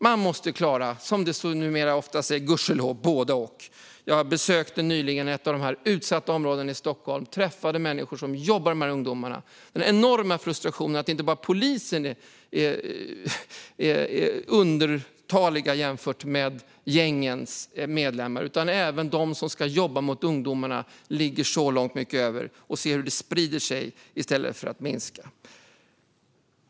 Man måste klara både och, som man numera gudskelov säger. Jag besökte nyligen ett av de utsatta områdena i Stockholm och träffade människor som jobbade med ungdomarna. De kände en enorm frustration över att inte bara polisen är undertalig jämfört med gängens medlemmar, utan det gäller även dem som ska jobba med ungdomarna. De ser att kriminaliteten sprider sig i stället för att minska.